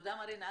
תודה מרינה.